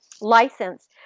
license